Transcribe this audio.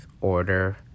order